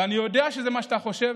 ואני יודע שזה מה שאתה חושב,